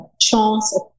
chance